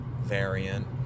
variant